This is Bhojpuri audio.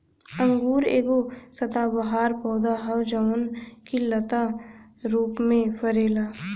अंगूर एगो सदाबहार पौधा ह जवन की लता रूप में फरेला